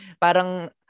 parang